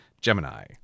Gemini